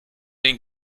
den